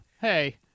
hey